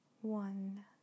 one